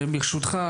ברשותך,